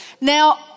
Now